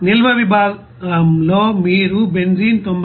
నిల్వ విభాగంలో మీరు బెంజీన్ 99